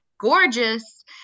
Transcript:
gorgeous